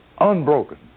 Unbroken